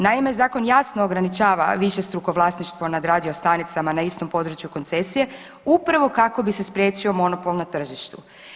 Naime, zakon jasno ograničava višestruko vlasništvo nad radiostanicama na istom području koncesije upravo kako bi se spriječio monopol na tržištu.